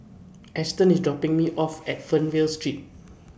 Ashtyn IS dropping Me off At Fernvale Street